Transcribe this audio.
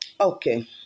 Okay